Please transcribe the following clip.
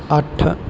ਅੱਠ